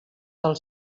del